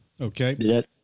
Okay